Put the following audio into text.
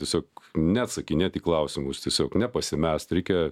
tiesiog neatsakinėt į klausimus tiesiog nepasimest reikia